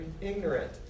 ignorant